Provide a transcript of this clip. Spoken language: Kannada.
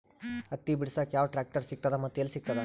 ಹತ್ತಿ ಬಿಡಸಕ್ ಯಾವ ಟ್ರಾಕ್ಟರ್ ಸಿಗತದ ಮತ್ತು ಎಲ್ಲಿ ಸಿಗತದ?